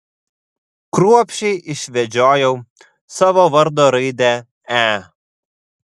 kruopščiai išvedžiojau savo vardo raidę e